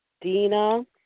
Dina